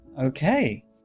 Okay